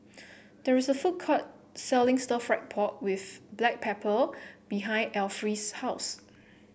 there is a food court selling stir fry pork with Black Pepper behind Alfie's house